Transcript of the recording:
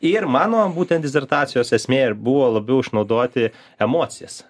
ir mano būtent disertacijos esmė ir buvo labiau išnaudoti emocijas